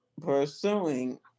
pursuing